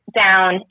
down